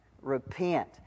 Repent